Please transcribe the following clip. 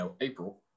April